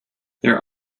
their